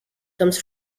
comes